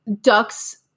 ducks